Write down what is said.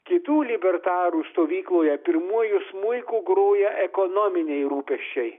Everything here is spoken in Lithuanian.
kitų libertarų stovykloje pirmuoju smuiku groja ekonominiai rūpesčiai